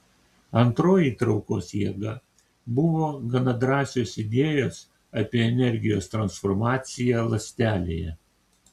antroji traukos jėga buvo gana drąsios idėjos apie energijos transformaciją ląstelėje